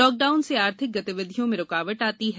lockdown से आर्थिक गतिविधियों में रूकावट आती है